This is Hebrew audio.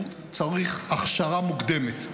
הוא צריך הכשרה מוקדמת.